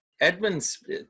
Edmunds